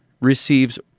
receives